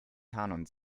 kanon